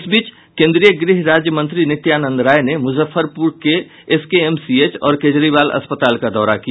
इस बीच केन्द्रीय गृह राज्य मंत्री नित्यानंद राय ने मुजफ्फरपुर के एसकेएमसीएच और केजरीवाल अस्पताल का दौरा किया